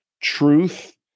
Truth